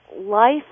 life